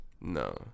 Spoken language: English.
No